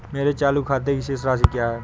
मेरे चालू खाते की शेष राशि क्या है?